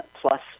plus